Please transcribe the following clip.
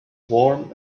warm